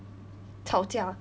吵架